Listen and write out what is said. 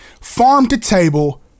farm-to-table